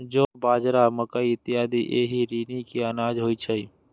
जौ, बाजरा, मकइ इत्यादि एहि श्रेणी के अनाज होइ छै